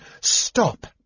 Stop